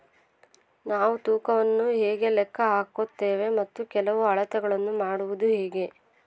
ನಾವು ತೂಕವನ್ನು ಹೇಗೆ ಲೆಕ್ಕ ಹಾಕುತ್ತೇವೆ ಮತ್ತು ಕೆಲವು ಅಳತೆಗಳನ್ನು ಮಾಡುವುದು ಹೇಗೆ?